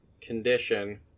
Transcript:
condition